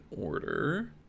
order